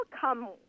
come